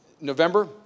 November